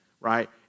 right